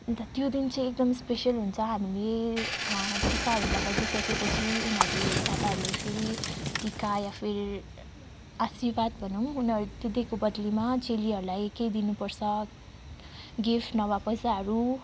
अन्त त्यो दिन चाहिँ एकदम स्पेसल हुन्छ हामीले टिकाहरू लगाइदिई सकेपछि उनीहरूले दादाहरूले फेरि टिका या फिर आशीर्वाद भनौँ उनीहरूले त्यो दिएको बद्लीमा चेलीहरूलाई केही दिनुपर्छ गिफ्ट नभए पैसाहरू